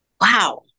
Wow